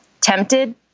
tempted